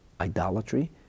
Idolatry